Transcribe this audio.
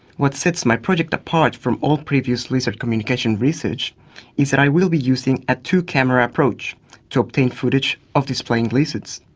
what sets my project apart from all previous lizard communication research is that i will be using a two-camera approach to obtain footage of displaying lizards.